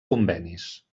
convenis